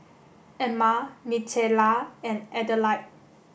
Emile Micaela and Adelaide